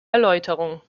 erläuterung